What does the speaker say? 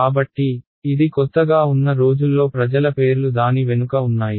కాబట్టి ఇది కొత్తగా ఉన్న రోజుల్లో ప్రజల పేర్లు దాని వెనుక ఉన్నాయి